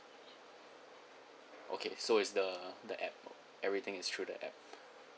okay so it's the the app everything is through the app